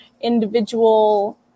individual